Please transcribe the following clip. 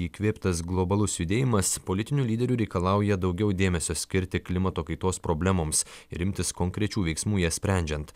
įkvėptas globalus judėjimas politinių lyderių reikalauja daugiau dėmesio skirti klimato kaitos problemoms ir imtis konkrečių veiksmų jas sprendžiant